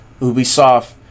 Ubisoft